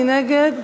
מי נגד?